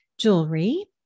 Jewelry